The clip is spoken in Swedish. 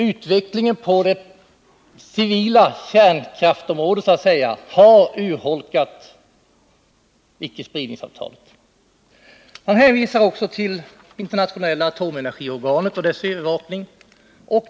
Utvecklingen på det civila kärnkraftsområdet har urholkat icke-spridningsavtalet. Man hänvisar också till internationella atomenergiorganet och dess övervakning.